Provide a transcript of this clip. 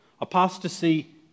Apostasy